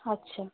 আচ্ছা